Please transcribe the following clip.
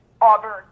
Auburn